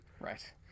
Right